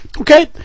Okay